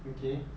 okay